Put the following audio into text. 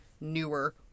newer